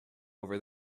over